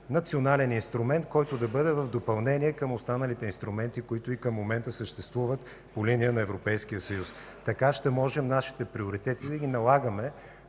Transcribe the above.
национален инструмент, който да бъде в допълнение към останалите инструменти, които и към момента съществуват по линия на Европейския съюз. Така ще можем винаги да налагаме